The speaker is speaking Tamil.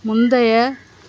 முந்தைய